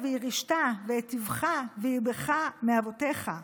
אבֹתֶיךָ וִירִשְׁתה וְהֵיטִבְך וְהִרבְּךָ מֵאבֹתֶיך".